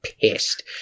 pissed